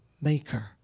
maker